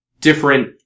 different